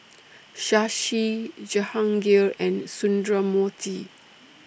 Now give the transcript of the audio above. Shashi Jehangirr and Sundramoorthy